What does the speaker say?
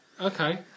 okay